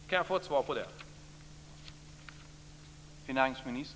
Kan jag få ett svar på det?